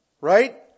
Right